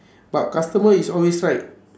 but customer is always right